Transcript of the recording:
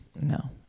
no